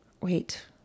Wait